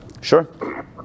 Sure